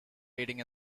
aiding